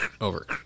over